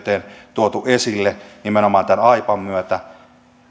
tuotu esille nimenomaan tämän aipan myötä